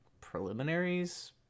preliminaries